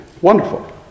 wonderful